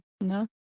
no